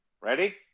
Ready